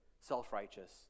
self-righteous